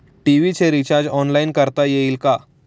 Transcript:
TV चे recharge online करता येईल का?